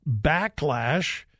backlash